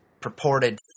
purported